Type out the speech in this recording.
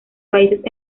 países